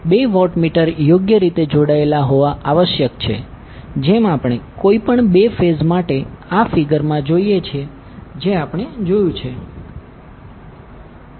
બે વોટમીટર યોગ્ય રીતે જોડાયેલા હોવા આવશ્યક છે જેમ આપણે કોઈપણ બે ફેઝ માટે આ ફિગરમાં જોઇએ છીએ જે આપણે જોયુ છે